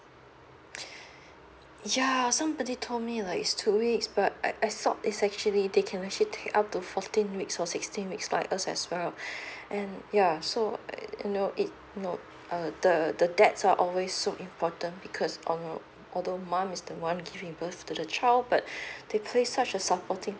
ya somebody told me like is two weeks but I I thought is actually they can actually take up to fourteen weeks or sixteen weeks like us as well and ya so um you know it note uh the the date are so always so important because um although mom is the one giving birth to the child but they play such a supporting